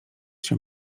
się